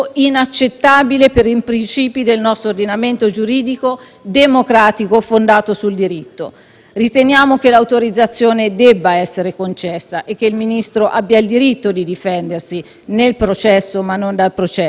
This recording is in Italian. Riteniamo che l'autorizzazione debba essere concessa e che il Ministro abbia il diritto di difendersi nel processo, ma non dal processo, anche se il Ministro non sembra averne il coraggio. Presidente, oggi noi abbiamo una grande responsabilità